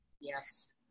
yes